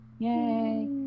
Yay